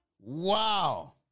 Wow